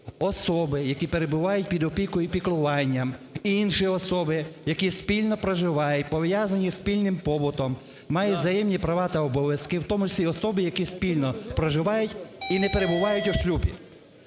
особи, які перебувають під опікою і піклуванням, інші особи, які спільно проживають, пов'язані спільним побутом, мають взаємні права та обов'язки, в тому числі і особи, які спільно проживають і не перебувають у шлюбі".